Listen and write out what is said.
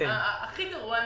הכי גרוע,